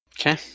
Okay